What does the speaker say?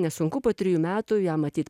nesunku po trijų metų jam matyt